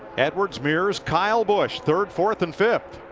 edwards, mears, kyle busch third, fourth, and fifth.